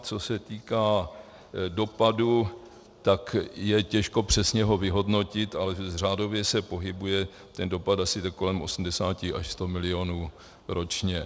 Co se týká dopadu, tak je těžko přesně ho vyhodnotit, ale řádově se pohybuje asi kolem 80 až 100 milionů ročně.